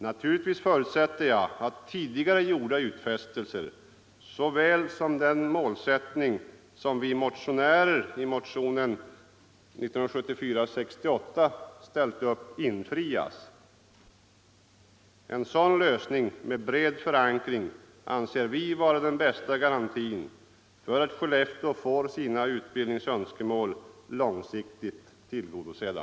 Naturligtvis förutsätter jag att tidigare gjorda utfästelser infrias och att det mål som vi motionärer ställt upp i motionen 68 skall nås. En sådan lösning med bred förankring anser vi vara den bästa garantin för att Skellefteå får sina utbildningsönskemål långsiktigt tillgodosedda.